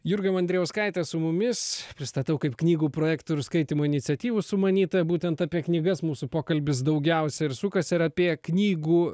jurga mandrijauskaitė su mumis pristatau kaip knygų projektų ir skaitymo iniciatyvų sumanytoja būtent apie knygas mūsų pokalbis daugiausia ir sukasi ir apie knygų